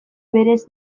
berez